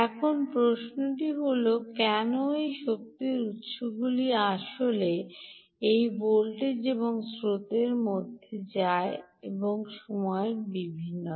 এবং প্রশ্নটি হল কেন এই শক্তি উত্সগুলি আসলে এই ভোল্টেজ এবং স্রোতের মধ্য দিয়ে যায় সময়ে বিভিন্নতা